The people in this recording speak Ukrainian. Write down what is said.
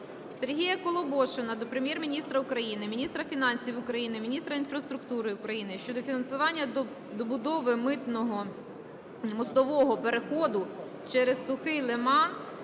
Сергія Колебошина до Прем'єр-міністра України, міністра фінансів України, міністра інфраструктури України щодо фінансування добудови мостового переходу через Сухий лиман